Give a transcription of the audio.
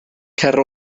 cer